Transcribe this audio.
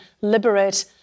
liberate